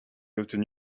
obtenu